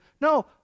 No